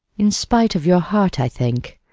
in spite of your heart, i think.